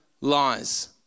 lies